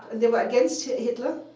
they were against hitler.